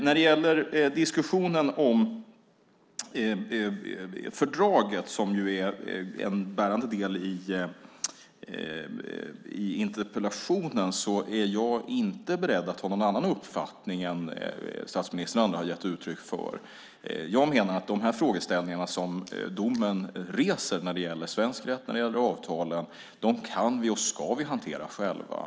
När det gäller diskussionen om fördraget, som är en bärande del i interpellationen, är jag inte beredd att ha någon annan uppfattning än statsministern och andra har gett uttryck för. Jag menar att de frågeställningar som domen reser när det gäller svensk rätt och avtalen ska och kan vi hantera själva.